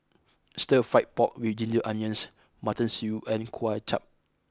Stir Fried Pork with ginger onions Mutton Stew and Kway Chap